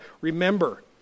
remember